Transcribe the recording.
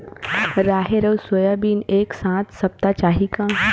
राहेर अउ सोयाबीन एक साथ सप्ता चाही का?